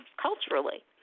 culturally